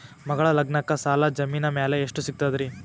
ಮಗಳ ಲಗ್ನಕ್ಕ ಸಾಲ ಜಮೀನ ಮ್ಯಾಲ ಎಷ್ಟ ಸಿಗ್ತದ್ರಿ?